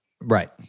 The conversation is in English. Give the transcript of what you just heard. Right